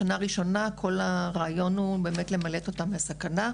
בשנה הראשונה כל הרעיון הוא באמת למלט אותן מהסכנה.